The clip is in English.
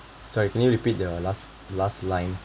sorry can you repeat your last last line